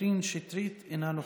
קטרין שטרית, אינה נוכחת,